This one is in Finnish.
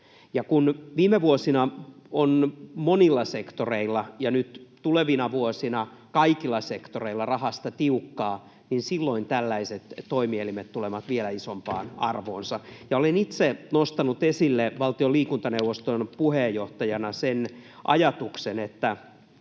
Ja kun viime vuosina on ollut monilla sektoreilla ja nyt tulevina vuosina on kaikilla sektoreilla rahasta tiukkaa, niin silloin tällaiset toimielimet tulevat vielä isompaan arvoon. Olen itse nostanut esille valtion liikuntaneuvoston puheenjohtajana sen ajatuksen, että